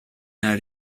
nella